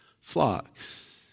flocks